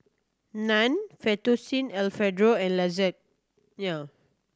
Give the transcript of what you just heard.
Naan Fettuccine Alfredo and